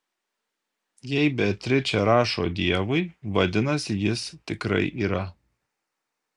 jei beatričė rašo dievui vadinasi jis tikrai yra